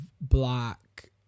black